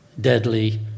deadly